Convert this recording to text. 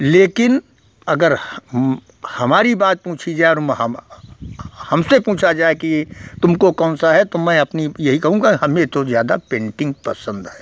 लेकिन अगर हमारी बात पूछी जाए हम हमसे पूछा जाए कि तुमको कौन सा है तो मैं अपनी यही कहूँगा हमें तो ज़्यादा पेन्टिन्ग पसन्द है